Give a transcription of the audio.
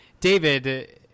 David